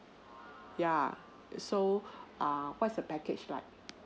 yeah so err what's the package like